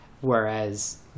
whereas